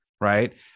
right